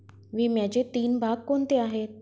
विम्याचे तीन भाग कोणते आहेत?